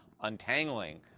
untangling